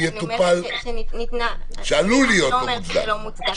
אני אומרת --- שעלול להיות לא מוצדק.